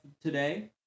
today